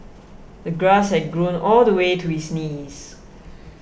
the grass had grown all the way to his knees